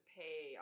pay